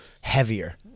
heavier